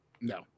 No